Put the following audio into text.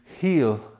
heal